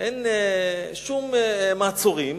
אין שום מעצורים,